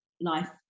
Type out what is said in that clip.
life